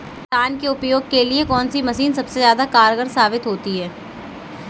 किसान के उपयोग के लिए कौन सी मशीन सबसे ज्यादा कारगर साबित होती है?